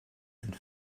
sind